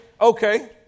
Okay